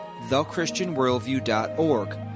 thechristianworldview.org